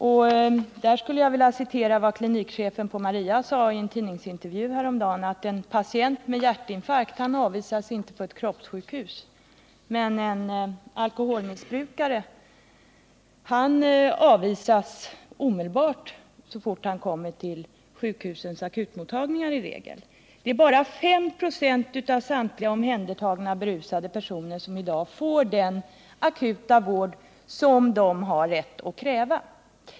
Jag skulle till detta vilja redovisa vad klinikchefen på Mariapolikliniken sade i en tidningsintervju häromdagen, nämligen att en patient med hjärtinfarkt inte avvisas på ett kroppssjukhus, men en alkoholmissbrukare avvisas i regel omedelbart om han kommer till sjukhusens akutmottagningar. Bara 5 96 av samtliga omhändertagna berusade personer får i dag den akuta vård som de har rätt att kräva.